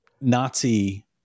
Nazi